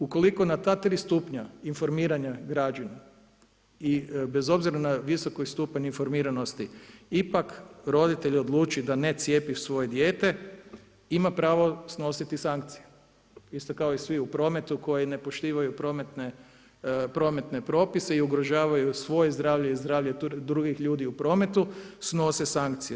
U koliko na ta tri stupnja informiranja građana i bez obzira na visoki stupanj informiranosti ipak roditelj odluči da ne cijepi svoje dijete, ima pravo snositi sankcije isto kao i svi u prometu koji ne poštivaju prometne propise i ugrožavaju svoje zdravlje i zdravlje drugih ljudi u prometu snose sankcije.